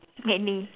many